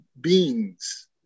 beings